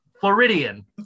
Floridian